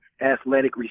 athletic